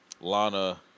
Lana